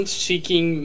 seeking